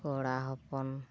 ᱠᱚᱲᱟ ᱦᱚᱯᱚᱱ